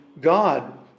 God